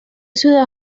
ciudad